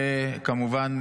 כמובן,